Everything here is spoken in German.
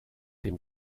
dem